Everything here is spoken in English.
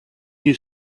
you